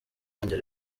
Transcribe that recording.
yongera